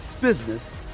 business